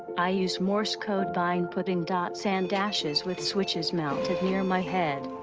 i use morse code by and putting dots and dashes with switches mounted near my head.